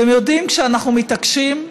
אתם יודעים, כשאנחנו מתעקשים,